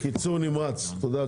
תודה,